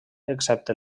excepte